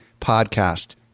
podcast